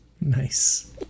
Nice